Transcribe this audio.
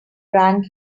drank